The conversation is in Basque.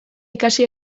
ikasi